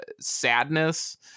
sadness